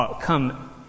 come